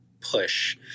push